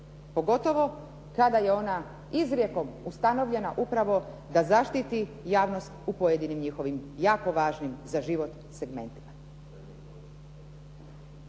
Pogotovo kada je ona izrijekom ustanovljena upravo da zaštiti javnost u pojedinim njihovim jako važnim za život segmentima.